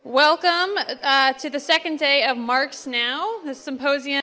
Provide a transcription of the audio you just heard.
welcome to the second day of marks now the symposium